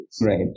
Right